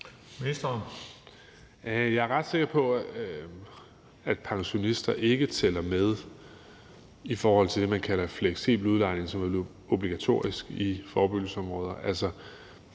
Jeg er ret sikker på, at pensionister ikke tæller med i forhold til det, man kalder fleksibel udlejning, som er obligatorisk i forebyggelsesområder.